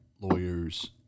lawyers